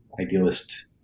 idealist